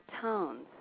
tones